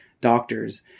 doctors